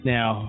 Now